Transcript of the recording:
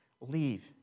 leave